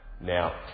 Now